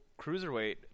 cruiserweight